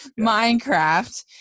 minecraft